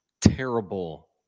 terrible